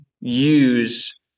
use